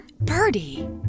Birdie